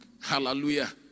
Hallelujah